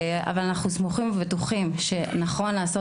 אבל אנחנו סמוכים ובטוחים שנכון לעשות